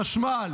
חשמל,